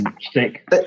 stick